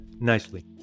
nicely